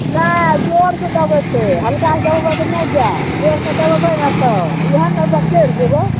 नहि जोरसँ दबेतय हल्कासँ दबेबय तऽ नहि जायत जोरसँ दबेबय ने तब इहे ने ओइपर चढ़ि जेबय